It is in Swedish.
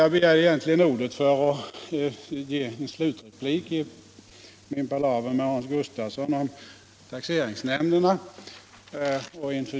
Jag begärde ordet för att ge en slutreplik i min palaver med Hans Gustafsson om taxeringsnämnderna.